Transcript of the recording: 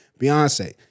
Beyonce